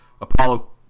Apollo